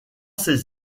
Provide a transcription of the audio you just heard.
ses